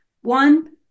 one